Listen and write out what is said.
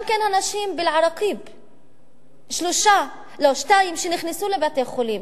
גם אנשים באל-עראקיב, שניים שנכנסו לבתי-חולים,